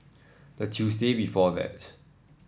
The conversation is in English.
the Tuesday before that